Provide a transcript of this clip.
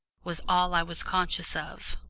was all i was conscious of.